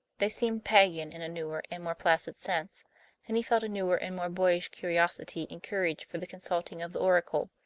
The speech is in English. they seemed pagan in a newer and more placid sense and he felt a newer and more boyish curiosity and courage for the consulting of the oracle.